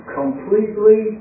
completely